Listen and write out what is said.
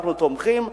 אנחנו תומכים,